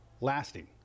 lasting